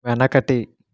వెనకటి